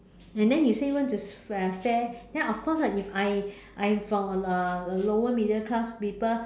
and then you say want to uh fair then of course ah if I I'm from uh a lower middle class people